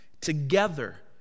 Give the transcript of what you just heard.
Together